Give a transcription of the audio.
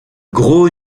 gros